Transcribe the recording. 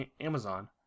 Amazon